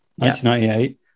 1998